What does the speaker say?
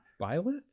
violet